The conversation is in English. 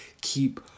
keep